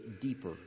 deeper